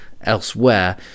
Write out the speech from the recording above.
elsewhere